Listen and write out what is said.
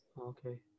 Okay